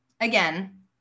again